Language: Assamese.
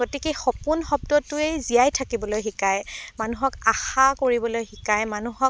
গতিকে সপোন শব্দটোৱেই জীয়াই থাকিবলৈ শিকায় মানুহক আশা কৰিবলৈ শিকায় মানুহক